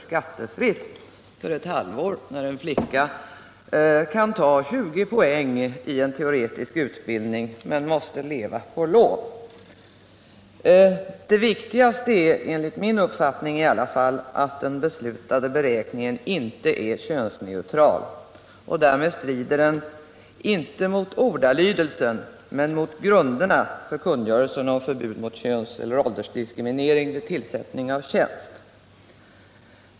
skattefritt för ett halvår när en flicka, som måste leva på lån, under samma tid skall ta 2 poäng i en teoretisk utbildning Det viktigaste är enligt min uppfattning i alla fall att den beslutade beräkningen inte är könsneutral. Därmed strider den inte mot ordalydelsen i men mot grunderna för kungörelsen om förbud mot könseller åldersdiskriminering vid tillsättning av tjänst.